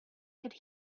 could